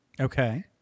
Okay